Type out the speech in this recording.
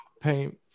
paint